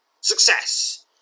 Success